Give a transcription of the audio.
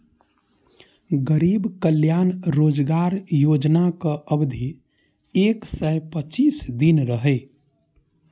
गरीब कल्याण रोजगार योजनाक अवधि एक सय पच्चीस दिन रहै